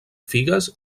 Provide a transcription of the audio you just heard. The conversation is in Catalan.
figues